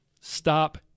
stop